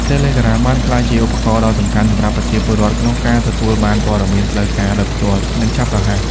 Telegram បានក្លាយជាឧបករណ៍ដ៏សំខាន់សម្រាប់ប្រជាពលរដ្ឋក្នុងការទទួលបាន ព័ត៌មានផ្លូវការ ដោយផ្ទាល់ និងឆាប់រហ័ស។